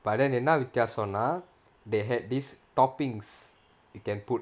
but then என்ன வித்தியாசம் னா:enna vithiyasam naa they had this toppings you can put